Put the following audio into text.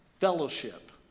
Fellowship